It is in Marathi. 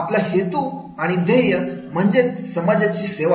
आपला हेतू आणि ध्येय म्हणजेच समाजाची सेवा